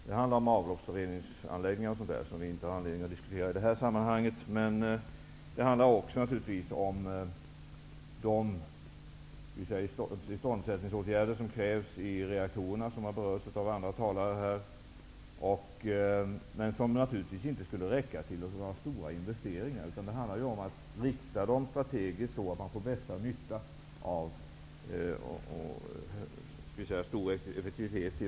Det handlar om avloppsreningsanläggningar och liknande, som vi inte har anledning att diskutera i det här sammanhanget. Det handlar också om de åtgärder som krävs i reaktorer och som har berörts av andra talare i debatten. Det är naturligtvis inte fråga om några stora investeringar, utan det gäller att rikta satsningarna strategiskt så att de gör bästa nytta och får bra effektivitet.